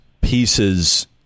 pieces